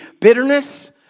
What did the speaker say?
Bitterness